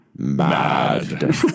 Mad